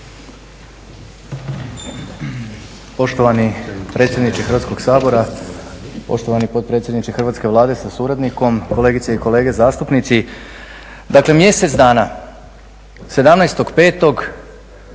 Poštovani predsjedniče Hrvatskog sabora, poštovani potpredsjedniče hrvatske Vlade sa suradnikom, kolegice i kolege zastupnici. Dakle, mjesec dana 17.5.